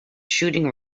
shooting